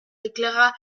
déclara